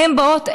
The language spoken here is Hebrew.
הן באות,